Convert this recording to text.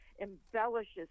embellishes